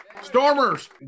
Stormers